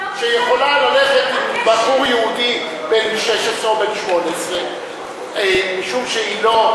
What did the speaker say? שיכולה ללכת עם בחור יהודי בן 16 או בן 18 משום שהיא לא,